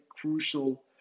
crucial